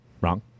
Wrong